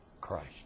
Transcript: Christ